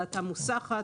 דעתם מוסחת,